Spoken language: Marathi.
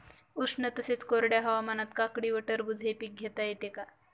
उष्ण तसेच कोरड्या हवामानात काकडी व टरबूज हे पीक घेता येते का?